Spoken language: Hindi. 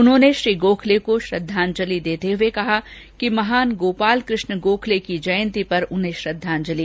उन्होंने श्री गोखले को श्रद्धांजलि देते हुए कहा महान गोपाल कृष्ण गोखले की जयंती पर उन्हें श्रद्वांजलि